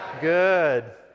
good